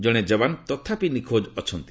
ଜଣେ ଜବାନ ତଥାପି ନିଖୋଜ ଅଛନ୍ତି